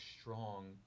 strong